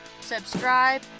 Subscribe